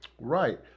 right